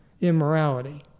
immorality